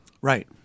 Right